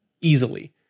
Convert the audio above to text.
easily